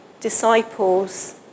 disciples